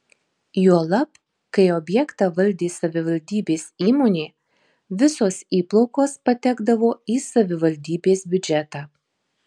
juolab kai objektą valdė savivaldybės įmonė visos įplaukos patekdavo į savivaldybės biudžetą